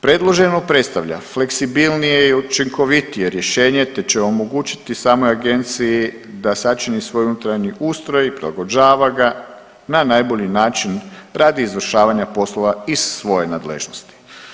Predloženo predstavlja fleksibilnije i učinkovitije rješenje, te će omogućiti samoj agenciji da sačini svoj unutarnji ustroj i prilagođava ga na najbolji način radi izvršavanja poslova iz svoje nadležnosti.